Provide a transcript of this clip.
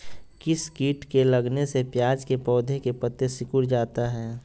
किस किट के लगने से प्याज के पौधे के पत्ते सिकुड़ जाता है?